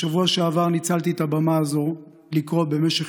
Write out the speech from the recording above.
בשבוע שעבר ניצלתי את הבמה הזאת לקרוא במשך